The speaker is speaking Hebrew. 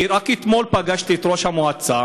כי רק אתמול פגשתי את ראש המועצה,